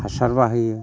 हासार बाहायो